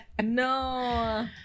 No